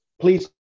please